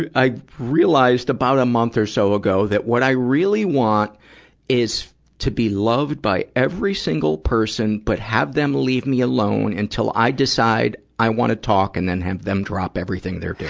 ah i realized about a month or so ago that what i really want is to be loved by every single person, but have them leave me alone until i decide i wanna talk and then have then drop everything they're doing.